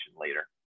later